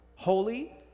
holy